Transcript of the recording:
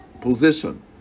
position